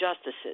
justices